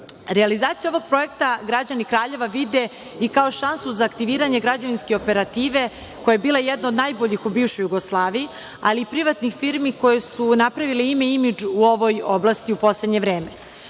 ulice. Realizaciju ovog projekta građani Kraljeva vide i kao šansu za aktiviranje građevinske operative koja je bila jedna od najboljih u bivšoj Jugoslaviji, ali i privatnih firmi koje su napravile imidž u ovoj oblasti, u poslednje vreme. Izaći